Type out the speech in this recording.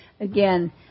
Again